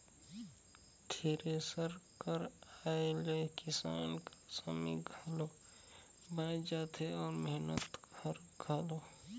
thresher कर आए ले किसान कर समे घलो बाएच जाथे अउ मेहनत हर घलो